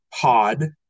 pod